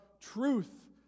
truth